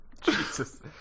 Jesus